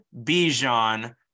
Bijan